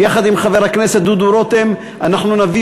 ויחד עם חבר הכנסת דודו רותם אנחנו נביא